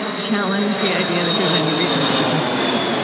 challenge the idea that there's any reason to be in a hurry.